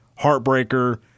heartbreaker